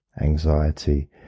anxiety